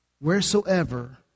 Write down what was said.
wheresoever